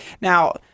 Now